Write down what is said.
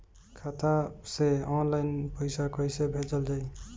खाता से ऑनलाइन पैसा कईसे भेजल जाई?